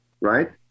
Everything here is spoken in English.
right